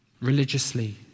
religiously